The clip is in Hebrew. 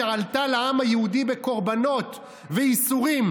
שעלתה לעם היהודי בקרבנות וייסורים,